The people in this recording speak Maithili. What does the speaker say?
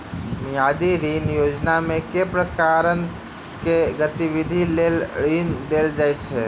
मियादी ऋण योजनामे केँ प्रकारक गतिविधि लेल ऋण देल जाइत अछि